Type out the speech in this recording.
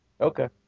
Okay